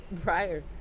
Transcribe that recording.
Prior